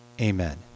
Amen